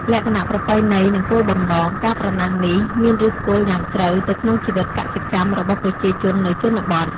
លក្ខណៈប្រពៃណី និងគោលបំណង ការប្រណាំងនេះមានឫសគល់យ៉ាងជ្រៅទៅក្នុងជីវិតកសិកម្មរបស់ប្រជាជននៅជនបទ។